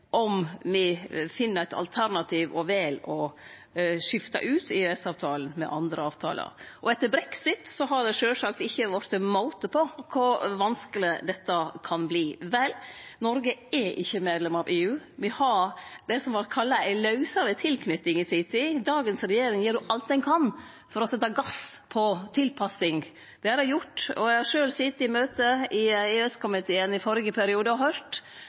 om me finn eit alternativ og vel å skifte ut EØS-avtalen med andre avtalar. Etter brexit har det sjølvsagt ikkje vore måte på kor vanskeleg dette kan verte. Vel, Noreg er ikkje medlem av EU, me har det som var kalla «ei lausare tilknyting» i si tid. Dagens regjering gjer alt ein kan for å setje gass på tilpassing. Det har dei gjort, og eg har sjølv sete i møte i EØS-komiteen i førre periode og høyrt